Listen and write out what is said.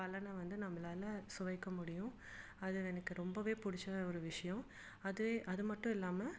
பலனை வந்து நம்மளால சுவைக்க முடியும் அது எனக்கு ரொம்பவே பிடிச்ச ஒரு விஷயம் அதே அது மட்டும் இல்லாமல்